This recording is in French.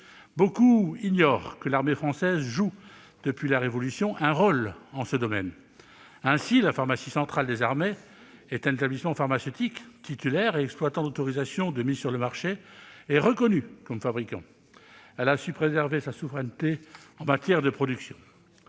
Beaucoup ignorent que l'armée française joue, depuis la Révolution, un rôle en ce domaine, la pharmacie centrale des armées. Cet établissement pharmaceutique, titulaire et exploitant d'une autorisation de mise sur le marché et reconnu comme fabricant, a su préserver sa souveraineté en matière de production.